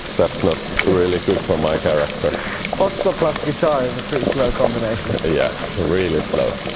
that's not really good for my character otto plus guitar is a pretty slow combination yeah, really slow!